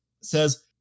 says